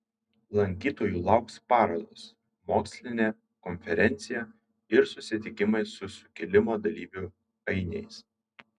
lankytojų lauks parodos mokslinė konferencija ir susitikimai su sukilimo dalyvių ainiais